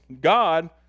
God